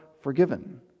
forgiven